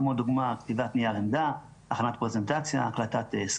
כמו לדוגמה: כתיבת נייר עמדה,